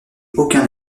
aucun